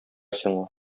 сиңа